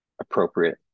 appropriate